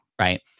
right